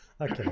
Okay